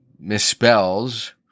misspells